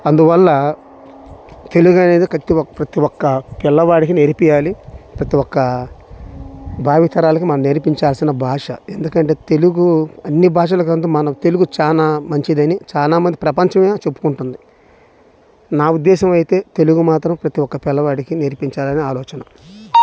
అందువల్లా తెలుగు అనేది ప్రతి ఒక్క పిల్లవాడికి నేర్పించాలి ప్రతి ఒక్క భావితరాలకి మనం నేర్పించవలసిన భాష ఎందుకంటే తెలుగు అన్ని భాషల కందు మనం తెలుగు చాలా మంచిదని చాలా మంది ప్రపంచమే చెప్పుకుంటుంది నా ఉద్దేశం అయితే తెలుగు మాత్రం ప్రతి ఒక్క పిల్లవాడికి నేర్పించాలని ఆలోచన